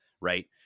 right